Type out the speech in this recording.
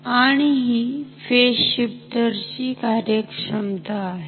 आणि हि phase shifter ची कार्यक्षमता आहे